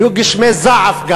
היו גם גשמי זעף,